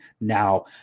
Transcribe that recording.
now